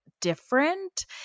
different